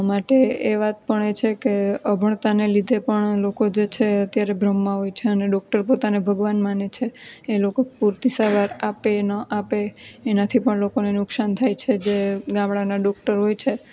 માટે એ વાત પણ છે કે અભણતાને લીધે પણ લોકો જે છે અત્યારે ભ્રમમાં હોય છે અને ડૉક્ટર પોતાને ભગવાન માને છે એ લોકો પૂરતી સારવાર આપે ન આપે એનાથી પણ લોકોને નુકસાન થાય છે જે ગામડાના ડૉક્ટર હોય છે